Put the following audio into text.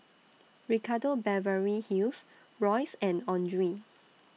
Ricardo Beverly Hills Royce and Andre